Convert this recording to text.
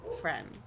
friend